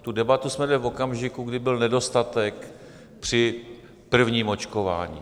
Tu debatu jsme vedli v okamžiku, kdy byl nedostatek při prvním očkování.